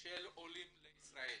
של עולים לישראל.